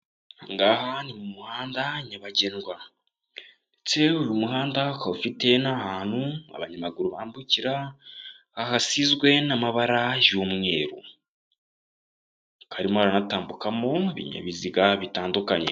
Ahangaha ni mu muhanda nyabagendwa, ndetse uyu muhanda ukaba ufite n'ahantu abanyamaguru bambukira, ahasizwe n'amabara y'umweru harimo haranatambukamo ibinyabiziga bitandukanye.